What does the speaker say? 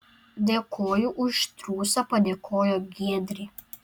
dėkoju už triūsą padėkojo giedrė